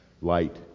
light